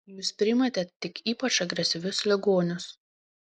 jūs priimate tik ypač agresyvius ligonius